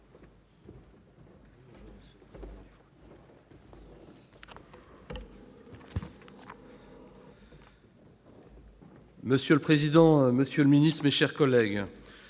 Monsieur le président, monsieur le ministre, mes chers collègues,